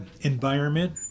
environment